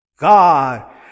God